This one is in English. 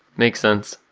makes sense.